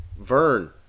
Vern